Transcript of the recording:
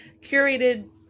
curated